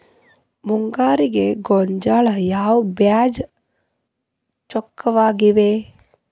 ಮುಂಗಾರಿಗೆ ಗೋಂಜಾಳ ಯಾವ ಬೇಜ ಚೊಕ್ಕವಾಗಿವೆ?